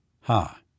Ha